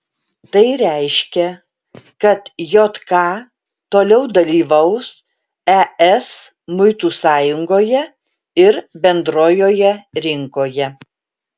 tai reiškia kad jk toliau dalyvaus es muitų sąjungoje ir bendrojoje rinkoje